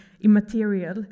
immaterial